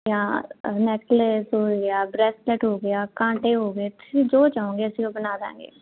ਜਾਂ ਨੈਕਲੈਸ ਹੋ ਗਿਆ ਬਰੈਸਲੈਟ ਹੋ ਗਿਆ ਕਾਂਟੇ ਹੋ ਗਏ ਤੁਸੀਂ ਜੋ ਚਾਹੋਗੇ ਅਸੀਂ ਉਹ ਬਣਾ ਦਾਂਗੇ